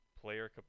player